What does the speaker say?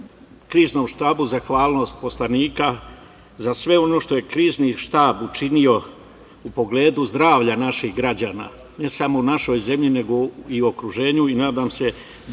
kriznom štabu zahvalnost poslanika za sve ono što je krizni štab učinio u pogledu zdravlja naših građana, ne samo u našoj zemlji, nego i u okruženju i nadam se